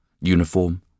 uniform